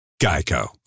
Geico